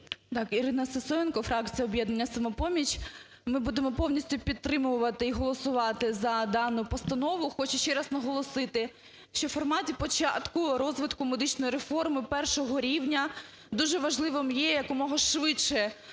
Ірина Сисоєнко, фракція "Об'єднання "Самопоміч". Ми будемо повністю підтримувати і голосувати за дану постанову. Хочу ще раз наголосити, що у форматі початку розвитку медичної реформи першого рівня дуже важливим є якомога швидше